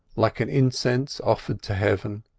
like an incense offered to heaven,